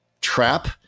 trap